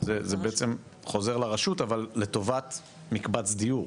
זה בעצם חזור לרשות אבל לטובת מקבץ דיור,